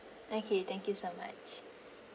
okay thank you so much